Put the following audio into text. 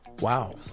Wow